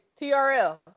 TRL